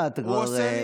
אתה יודע,